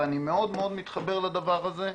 ואני מאוד מאוד מתחבר לדבר הזה.